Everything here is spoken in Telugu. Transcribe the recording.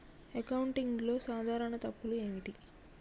అకౌంటింగ్లో సాధారణ తప్పులు ఏమిటి?